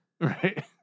right